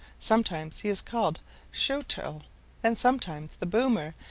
sometimes he is called showt'l and sometimes the boomer,